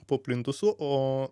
po plintusu o